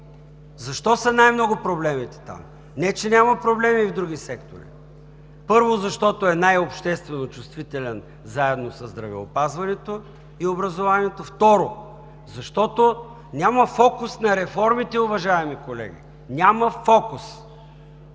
Защо са най-много проблемите там? Не че няма проблеми и в други сектори. Първо, защото е най-обществено чувствителен, заедно със здравеопазването и образованието, второ, защото няма фокус на реформите, уважаеми колеги. Няма фокус!